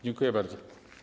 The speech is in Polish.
Dziękuję bardzo.